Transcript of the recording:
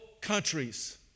countries